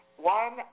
one